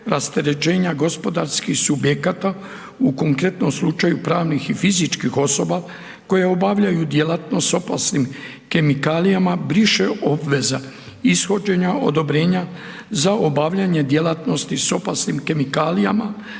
rasterećenja gospodarskih subjekata, u konkretnom slučaju pravnih i fizičkih osoba koje obavljaju djelatnost s opasnim kemikalijama, briše obveza ishođenja odobrenja za obavljanje djelatnosti s opasnim kemikalijama